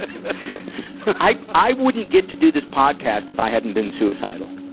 and i, i wouldn't get to do this podcast if i hasn't been suicidal.